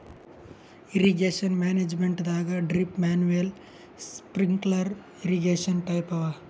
irrigation ಮ್ಯಾನೇಜ್ಮೆಂಟದಾಗ್ drip manual sprinkler irrigation type ಅವ